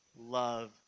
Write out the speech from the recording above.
love